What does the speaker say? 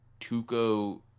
Tuco